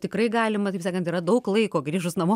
tikrai galima taip sakant yra daug laiko grįžus namo